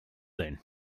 then